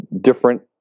different